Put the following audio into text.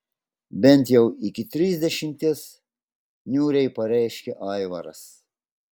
bent jau iki trisdešimties niūriai pareiškė aivaras